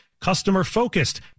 Customer-focused